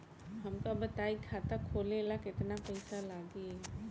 हमका बताई खाता खोले ला केतना पईसा लागी?